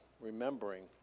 remembering